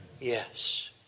yes